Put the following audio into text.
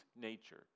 nature